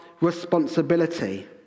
responsibility